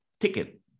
ticket